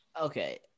Okay